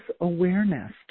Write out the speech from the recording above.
awareness